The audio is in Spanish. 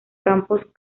campos